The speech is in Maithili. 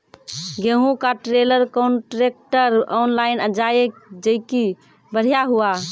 गेहूँ का ट्रेलर कांट्रेक्टर ऑनलाइन जाए जैकी बढ़िया हुआ